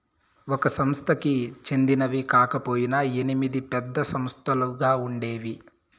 ఒక సంస్థకి చెందినవి కాకపొయినా ఎనిమిది పెద్ద సంస్థలుగా ఉండేవి